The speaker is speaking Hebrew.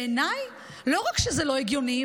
בעיניי לא רק שזה לא הגיוני,